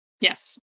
Yes